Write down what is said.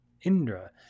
Indra